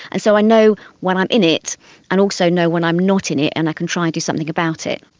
and so i know when i'm in it and also know when i'm not in it and i can try and do something about it.